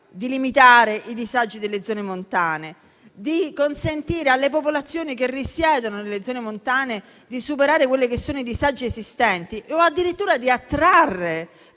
di limitare i disagi delle zone montane, di consentire alle popolazioni che risiedono nelle zone montane di superare i disagi esistenti o addirittura di attrarre